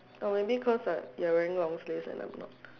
oh maybe cause I you're wearing long sleeves and I'm not